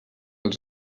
els